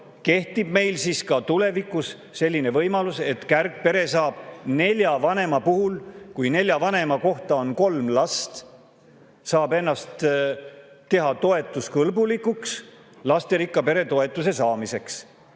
kehtib meil siis ka tulevikus selline võimalus, et kärgpere saab nelja vanema puhul, kui nelja vanema kohta on kolm last, ennast teha toetuskõlbulikuks lasterikka pere toetuse saamiseks.